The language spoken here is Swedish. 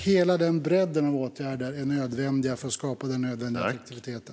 Det är nödvändigt med hela denna bredd av åtgärder för att skapa den nödvändiga attraktiviteten.